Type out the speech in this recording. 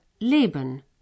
leben